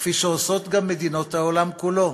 כפי שעושות גם מדינות העולם כולו.